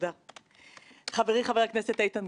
שבאמת הייתה מורה נבוכים בכל כך הרבה נושאים